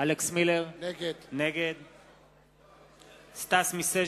נגד סטס מיסז'ניקוב,